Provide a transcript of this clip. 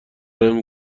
نمی